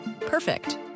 Perfect